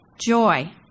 joy